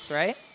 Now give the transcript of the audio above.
right